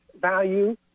value